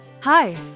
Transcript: Hi